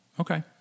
Okay